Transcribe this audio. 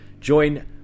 Join